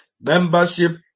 Membership